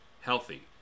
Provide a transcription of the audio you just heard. healthy